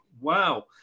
wow